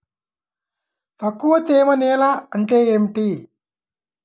తక్కువ తేమ నేల అంటే ఏమిటి?